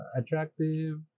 attractive